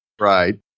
Right